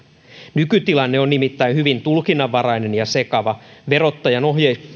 nykytilanne on nimittäin hyvin tulkinnanvarainen ja sekava verottajan